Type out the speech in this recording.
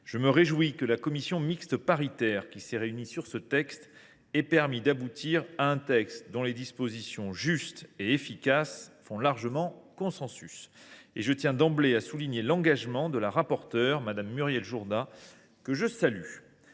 Je me réjouis que la commission mixte paritaire ait abouti à un texte dont les dispositions justes et efficaces font largement consensus. À cet égard, je tiens d’emblée à souligner l’engagement de la rapporteure, Mme Muriel Jourda, que je salue.